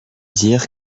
dire